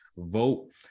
Vote